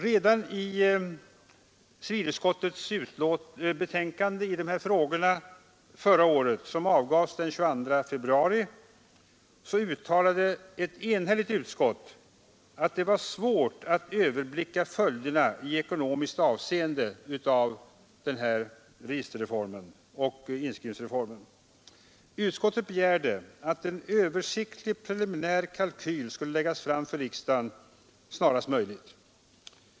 Redan förra året i civilutskottets betänkande i dessa frågor, som avgavs den 22 februari, uttalade ett enhälligt utskott att det var svårt att överblicka följderna i ekonomiskt avseende av registerreformen och inskrivningsreformen. Utskottet begärde att en översiktlig preliminär kalkyl skulle läggas fram för riksdagen snarast möjligt.